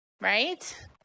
right